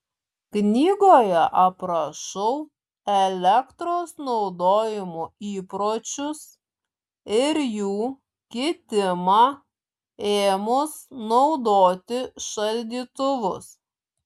knygoje aprašau elektros naudojimo įpročius ir jų kitimą ėmus naudoti šaldytuvus